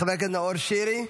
חבר הכנסת נאור שירי,